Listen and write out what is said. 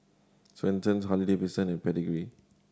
Swensens Harley Davidson and Pedigree